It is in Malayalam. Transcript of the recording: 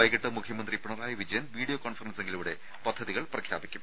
വൈകിട്ട് മുഖ്യമന്ത്രി പിണറായി വിജയൻ വീഡിയോ കോൺഫറൻസിംഗിലൂടെ പദ്ധതികൾ പ്രഖ്യാപിക്കും